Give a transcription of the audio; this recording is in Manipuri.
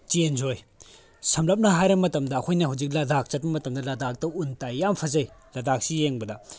ꯆꯦꯟꯖ ꯑꯣꯏ ꯁꯝꯂꯞꯅ ꯍꯥꯏꯔ ꯃꯇꯝꯗ ꯑꯩꯈꯣꯏꯅ ꯍꯧꯖꯤꯛ ꯂꯥꯗꯥꯛ ꯆꯠꯄ ꯃꯇꯝꯗ ꯂꯥꯗꯥꯛꯇ ꯎꯟ ꯇꯥꯏ ꯌꯥꯝ ꯐꯖꯩ ꯂꯥꯗꯥꯛꯁꯤ ꯌꯦꯡꯕꯗ